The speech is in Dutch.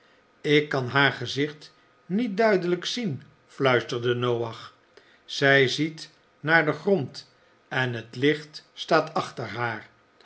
ik kan haar gezicht niet duidelijk zien fluisterde noach zij ziet naar den grond en het licht staat achter haar